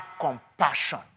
compassion